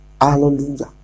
Hallelujah